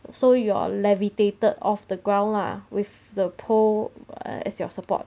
so you're levitated off the ground lah with the pole as your support